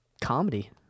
comedy